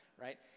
right